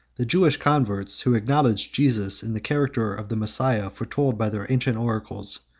the jewish converts, who acknowledged jesus in the character of the messiah foretold by their ancient oracles,